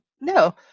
no